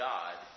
God